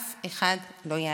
אף אחד לא ייעלם.